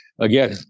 again